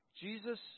Jesus